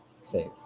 Save